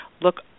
look